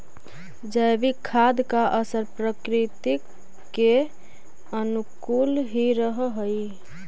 जैविक खाद का असर प्रकृति के अनुकूल ही रहअ हई